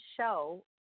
show